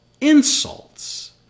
insults